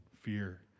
fear